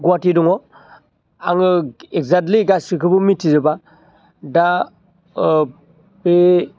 गुवाहाटि दङ आङो एकजेक्टलि गासिखौबो मिनथिजोबा दा ओ बे